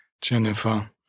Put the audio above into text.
Jennifer